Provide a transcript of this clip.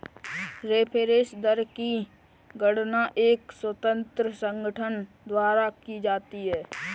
reference दर की गणना एक स्वतंत्र संगठन द्वारा की जाती है